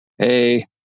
Hey